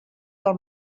del